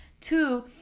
Two